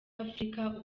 afurika